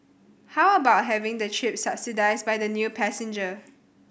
how about having their trip subsidised by the new passenger